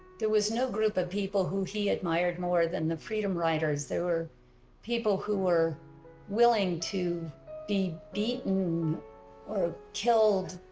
there was no group of people who he admired more than the freedom riders there were people who were willing to be beaten or killed